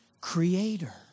creator